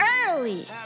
early